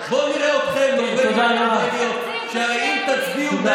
בואו נראה אתכם, נורבגים ונורבגיות, תודה.